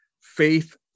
Faith